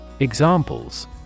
Examples